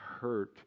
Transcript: hurt